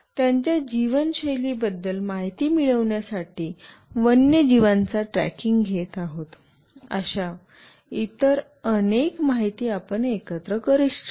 त्यांच्या जीवनशैलीबद्दल माहिती मिळविण्यासाठी वन्यजीवांचा ट्रॅकिंग घेत आहोत अशा अनेक इतर माहिती आपण एकत्रित करू शकतो